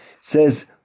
says